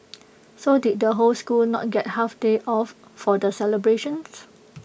so did the whole school not get half day off for the celebrations